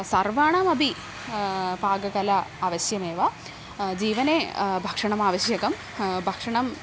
सर्वाणामपि पाककला अवश्यमेव जीवने भक्षणमावश्यकं भक्षणं